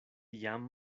jam